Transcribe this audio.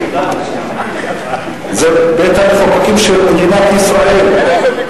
זה בית-המחוקקים של מדינת ישראל.